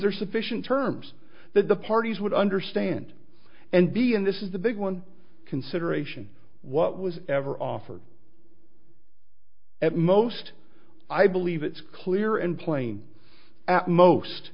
there sufficient terms that the parties would understand and be and this is the big one consideration what was ever offered at most i believe it's clear and plain at most